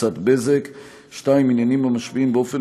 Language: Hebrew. קבוצת בזק); 2. עניינים המשפיעים באופן